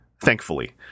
thankfully